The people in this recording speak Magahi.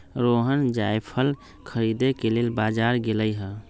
रोहण जाएफल खरीदे के लेल बजार गेलई ह